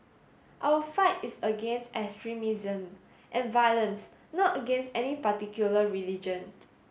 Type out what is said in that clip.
our fight is against extremism and violence not against any particular religion